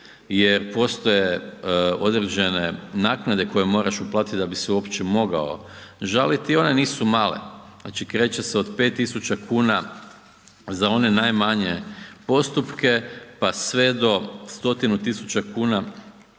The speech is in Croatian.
jer postoje određene nakade koje moraš uplatiti da bi se uopće mogao žaliti i one nisu male. Znači kreće se od 5.000 kuna za one najmanje postupke pa sve do 100.000 kuna